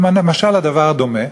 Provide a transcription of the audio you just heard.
משל למה הדבר דומה,